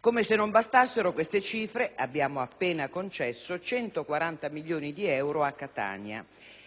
Come se non bastassero queste cifre, abbiamo appena concesso 140 milioni di euro a Catania e ben mezzo miliardo di